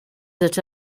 that